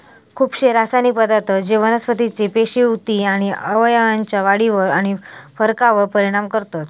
खुपशे रासायनिक पदार्थ जे वनस्पतीचे पेशी, उती आणि अवयवांच्या वाढीवर आणि फरकावर परिणाम करतत